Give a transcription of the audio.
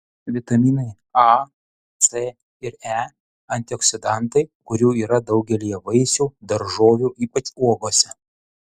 vitaminai a c ir e antioksidantai kurių yra daugelyje vaisių daržovių ypač uogose